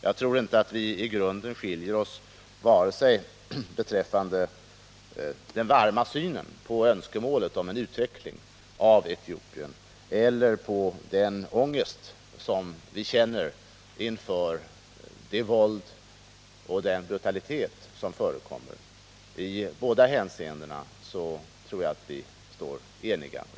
Jag tror inte att vi i grunden skiljer oss åt beträffande den varma synen på önskemålet om en utveckling av Etiopien eller när det gäller den ångest vi känner inför det våld och den brutalitet som förekommer. I båda hänseendena tror jag vi står eniga.